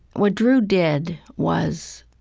what drew did was